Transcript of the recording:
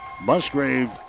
Musgrave